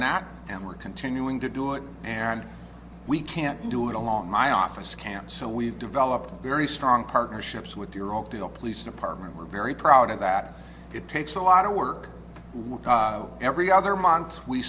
that and we're continuing to do it and we can't do it along my office camp so we've developed very strong partnerships with your old deal police department we're very proud of that it takes a lot of work work every other month we